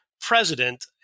president